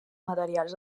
materials